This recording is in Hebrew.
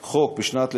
בשנת,